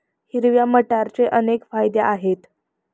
हिरव्या मटारचे अनेक फायदे आहेत